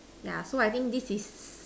yeah so I think this is